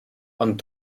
ond